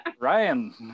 Ryan